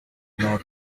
nor